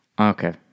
Okay